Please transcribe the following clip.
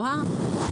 גבוהה,